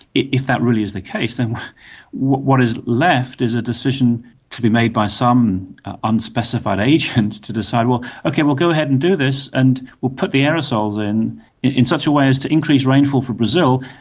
if that really is the case, then what is left is a decision to be made by some unspecified agents to decide well, okay, we'll go ahead and do this and we will put the aerosols in in such a way as to increase rainfall for brazil,